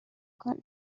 کنی